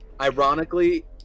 Ironically